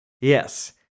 Yes